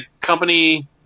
company